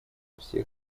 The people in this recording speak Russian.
всех